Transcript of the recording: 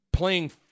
playing